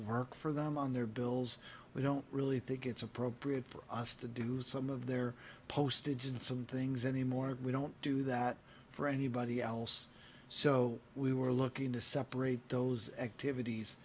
work for them on their bills we don't really think it's appropriate for us to do some of their postage and some things anymore we don't do that for anybody else so we were looking to separate those activities